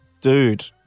dude